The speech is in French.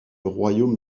royaume